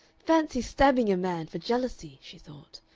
fancy stabbing a man for jealousy! she thought.